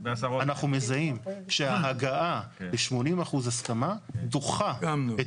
אנחנו מזהים שההגעה ל-80% הסכמה דוחה את